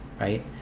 right